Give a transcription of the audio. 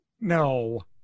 No